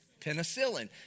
Penicillin